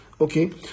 Okay